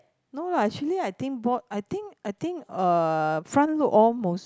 no lah actually I think Borsch I think I think front load all mostly